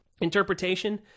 interpretation